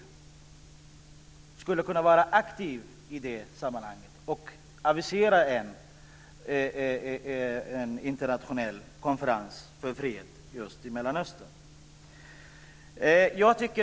Sverige skulle kunna vara aktivt i det sammanhanget och avisera en internationell konferens för fred i Mellanöstern.